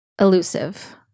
Elusive